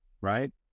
right